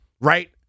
right